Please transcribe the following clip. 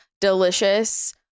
delicious